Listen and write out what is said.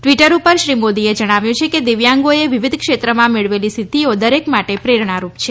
Twitter ઉપર શ્રી મોદીએ જણાવ્યું છે કે દિવ્યાંગોએ વિવિધ ક્ષેત્રમાં મેળવેલી સિદ્ધિઓ દરેક માટે પ્રેરણારૂપ છે